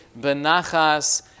benachas